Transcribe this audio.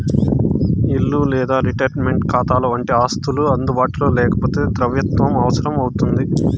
ఇల్లు లేదా రిటైర్మంటు కాతాలవంటి ఆస్తులు అందుబాటులో లేకపోతే ద్రవ్యత్వం అవసరం అవుతుంది